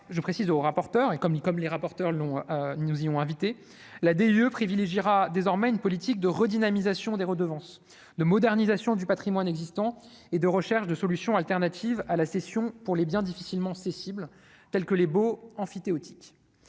je précise au rapporteur, et comme les comme les rapporteurs long nous y ont invités là des lieux privilégiera désormais une politique de redynamisation des redevances de modernisation du Patrimoine existant et de recherche de solutions alternatives à la session pour les biens difficilement cessibles tels que les baux emphytéotiques